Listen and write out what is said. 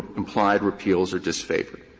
implied repeals are disfavored.